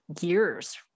years